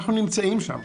אנחנו נמצאים שם.